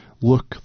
Look